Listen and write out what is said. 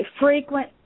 frequent